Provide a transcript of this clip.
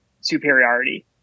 superiority